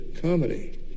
comedy